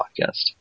podcast